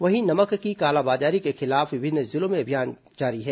वहीं नमक की कालाबाजारी के खिलाफ विभिन्न जिलों में अभियान जारी है